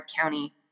County